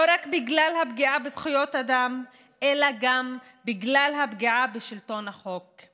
לא רק בגלל הפגיעה בזכויות אדם אלא גם בגלל הפגיעה בשלטון החוק.